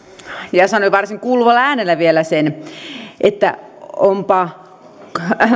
ja sanoi varsin kuuluvalla äänellä vielä sen olipa